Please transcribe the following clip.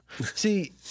See